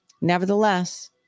Nevertheless